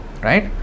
right